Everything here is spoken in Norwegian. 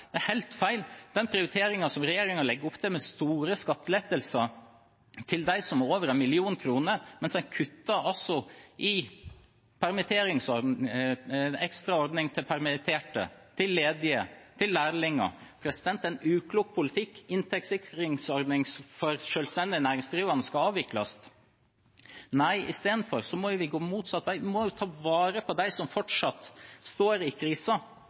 er helt feil. Den prioriteringen som regjeringen legger opp til, med store skattelettelser til dem som har over en million kroner, mens en altså kutter i ekstra ordninger til permitterte, til ledige og til lærlinger, er uklok politikk. Inntektssikringsordningen for selvstendig næringsdrivende skal avvikles. Nei, i stedet må vi gå motsatt vei og ta vare på dem som fortsatt står i